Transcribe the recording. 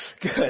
Good